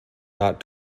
not